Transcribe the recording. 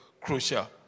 crucial